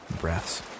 breaths